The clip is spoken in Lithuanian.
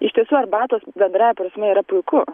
iš tiesų arbatos bendrąja prasme yra puiku